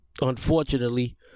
unfortunately